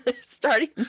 Starting